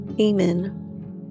Amen